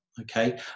Okay